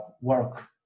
work